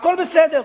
הכול בסדר.